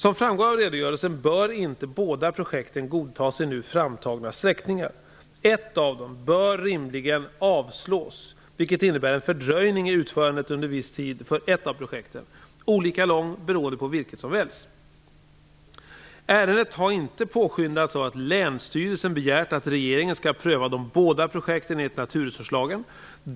Som framgår av redogörelsen bör inte båda projekten godtas i nu framtagna sträckningar. Ett av dem bör rimligen avslås, vilket innebär en fördröjning i utförandet under viss tid för ett av projekten, olika lång beroende på vilket som väljs. Ärendet har inte påskyndats av att länsstyrelsen begärt att regeringen skall pröva de båda projekten enligt naturresurslagen.